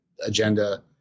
agenda